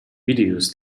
videos